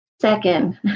second